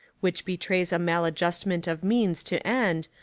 which betrays a maladjustment of means to end,